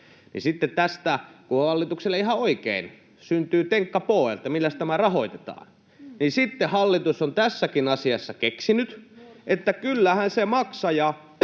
niin kun hallitukselle ihan oikein syntyy tenkkapoo, että milläs tämä rahoitetaan, niin sitten hallitus on tässäkin asiassa keksinyt, että kyllähän se maksaja